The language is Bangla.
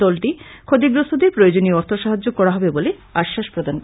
দলটি ক্ষতিগ্রস্তদের প্রয়োজনীয় অর্থ সাহায্য করা হবে বলে আশ্বাস প্রদান করে